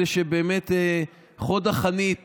אלה שבאמת הם חוד החנית